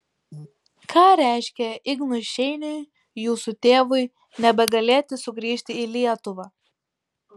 ką reiškė ignui šeiniui jūsų tėvui nebegalėti sugrįžti į lietuvą